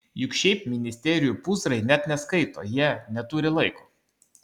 juk šiaip ministerijų pūzrai net neskaito jie neturi laiko